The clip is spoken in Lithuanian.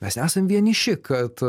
mes nesam vieniši kad